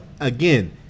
again